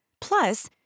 Plus